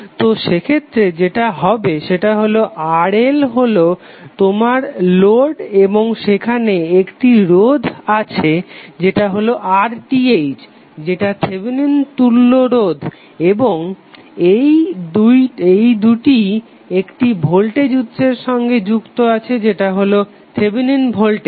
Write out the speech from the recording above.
তো সেক্ষেত্রে যেটা হবে সেটা হলো RL হলো তোমার লোড এবং সেখানে একটি রোধ আছে যেটা হলো RTh যেটা থেভেনিন তুল্য রোধ এবং এই দুটোই একটি ভোল্টেজ উৎসের সঙ্গে যুক্ত আছে যেটা হলো থেভেনিন ভোল্টেজ